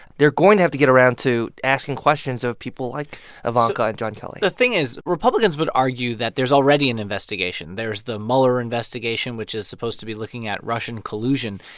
they're going to have to get around to asking questions of people like ivanka and john kelly so the thing is republicans would argue that there's already an investigation. there's the mueller investigation, which is supposed to be looking at russian collusion.